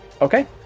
okay